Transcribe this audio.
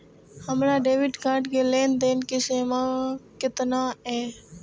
हमार debit card के लेन देन के सीमा केतना ये?